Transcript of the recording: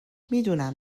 میدونم